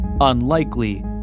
unlikely